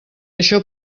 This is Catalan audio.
això